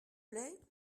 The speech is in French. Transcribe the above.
plait